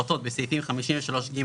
המטרה היא כמה שפחות להתערב בתנאי השוק.